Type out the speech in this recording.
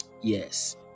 Yes